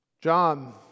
John